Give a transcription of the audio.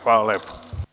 Hvala lepo.